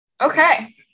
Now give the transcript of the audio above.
Okay